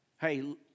Hey